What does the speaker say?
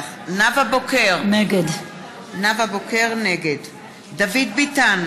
נוכח נאוה בוקר, נגד דוד ביטן,